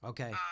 Okay